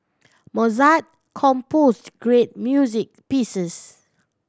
Mozart compose great music pieces